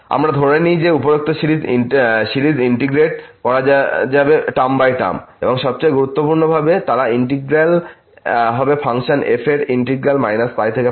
আমরা ধরে নিই যে উপরোক্ত সিরিজ ইন্টিগ্রেট করা যাবে টার্ম বাই টার্ম এবং সবচেয়ে গুরুত্বপূর্ণভাবে তার ইন্টিগ্র্যাল হবে ফাংশন f এর ইন্টিগ্র্যাল π থেকে তে